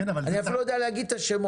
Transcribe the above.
אני רק לא יודע להגיד את השמות,